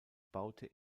baute